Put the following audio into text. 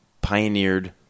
Pioneered